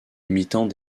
imitant